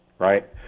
right